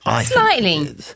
Slightly